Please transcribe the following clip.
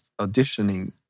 auditioning